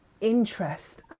interest